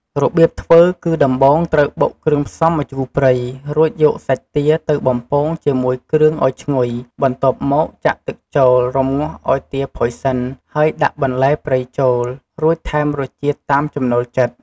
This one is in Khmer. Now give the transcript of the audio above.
របៀបធ្វើគឺដំបូងត្រូវបុកគ្រឿងផ្សំម្ជូរព្រៃ រួចយកសាច់ទាទៅបំពងជាមួយគ្រឿងឱ្យឈ្ងុយ បន្ទាប់មកចាក់ទឹកចូល រម្ងាស់ឱ្យទាផុយសិន ហើយដាក់បន្លែព្រៃចូល រួចថែមរសជាតិតាមចំណូលចិត្ត។